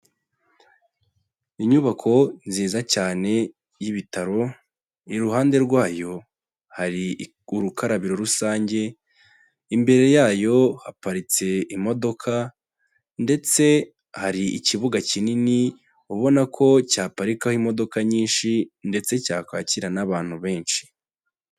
Inyubako nziza cyane y'ibitaro, iruhande rwayo hari urukarabiro rusange, imbere yayo haparitse imodoka ndetse hari ikibuga kinini ubona ko cyaparikaho imodoka nyinshi ndetse cyakwakira n'abantu benshi.